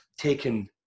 taken